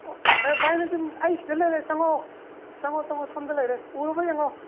ꯑꯣ ꯑꯦ ꯚꯥꯏ ꯅꯪ ꯑꯩ ꯁꯤꯗ ꯂꯩꯔꯦ ꯆꯪꯉꯛꯑꯣ ꯆꯪꯉꯛꯑꯣ ꯆꯪꯉꯛꯑꯣ ꯁꯣꯝꯗ ꯂꯩꯔꯦ ꯎꯔꯕ ꯌꯦꯡꯉꯣ